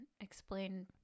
explain